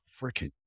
freaking